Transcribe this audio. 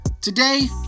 Today